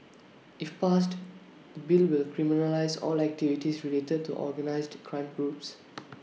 if passed the bill will criminalise all activities related to organised crime groups